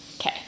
Okay